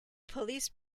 police